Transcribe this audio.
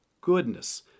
goodness